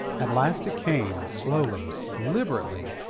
at last it came, slowly, deliberately,